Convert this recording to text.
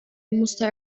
musste